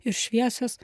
ir šviesios